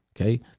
Okay